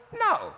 No